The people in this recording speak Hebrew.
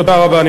תודה רבה.